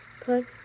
Put